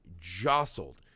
jostled